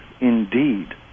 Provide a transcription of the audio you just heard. indeed